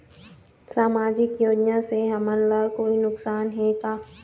सामाजिक योजना से हमन ला कोई नुकसान हे का?